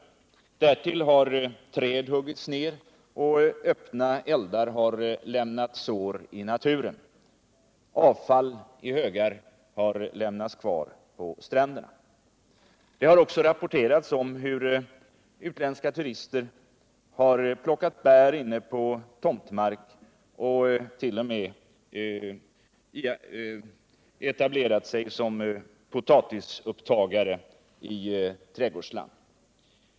Därtill kommer att träd huggits ned och att öppna eldar lämnat sår i naturen. Avfall i högar har lämnats kvar på stränderna. Det har också rapporterats att utländska turister plockat bär inne på tomtmarker och t.o.m. etablerat sig som potatisupptagare i trädgårdsland.